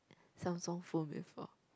Samsung phone before